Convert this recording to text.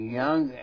young